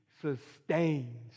sustains